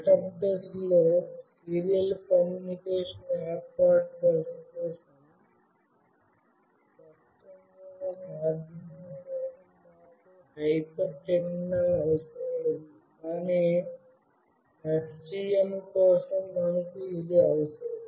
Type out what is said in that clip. setup దశలో serial communication ఏర్పాటు దశ కోసం స్పష్టంగా ఆర్డునో కోసం మాకు హైపర్ టెర్మినల్ అవసరం లేదు కానీ STM కోసం మనకు ఇది అవసరం